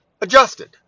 adjusted